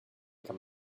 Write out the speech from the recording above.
kann